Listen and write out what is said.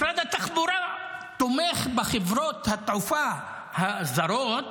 משרד התחבורה תומך בחברות התעופה הזרות